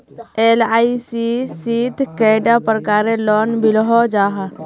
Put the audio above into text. LIC शित कैडा प्रकारेर लोन मिलोहो जाहा?